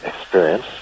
experience